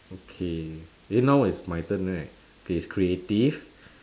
okay eh now is my turn right okay it's creative